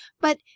But